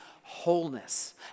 wholeness